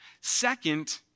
Second